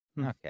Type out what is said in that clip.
Okay